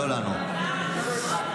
לא, לא, אני עוזר לכם.